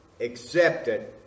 accepted